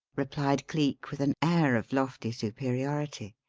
replied cleek with an air of lofty superiority.